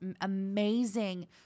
amazing